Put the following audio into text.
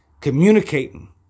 Communicating